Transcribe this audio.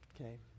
Okay